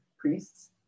priests